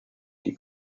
die